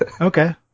Okay